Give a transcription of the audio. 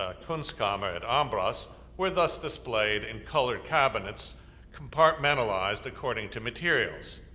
ah kunstkammer at ambras were thus displayed in colored cabinets compartmentalized according to materials.